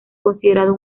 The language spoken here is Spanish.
considerado